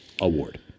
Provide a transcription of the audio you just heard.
Award